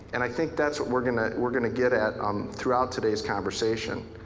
and i think that's what we're gonna we're gonna get at um throughout today's conversation.